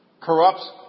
corrupts